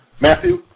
Matthew